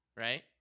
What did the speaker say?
right